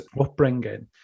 upbringing